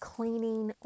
Cleaning